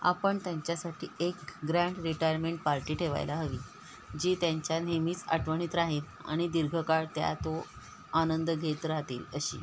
आपण त्यांच्यासाठी एक ग्रँड रिटायरमेंट पार्टी ठेवायला हवी जी त्यांच्या नेहमीच आठवणीत राहील आणि दीर्घकाळ त्या तो आनंद घेत राहतील अशी